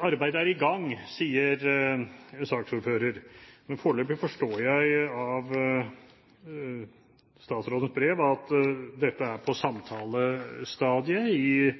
Arbeidet er i gang, sier saksordføreren, men foreløpig forstår jeg av statsrådens brev at dette er på samtalestadiet